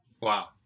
Wow